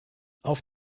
auf